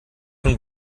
von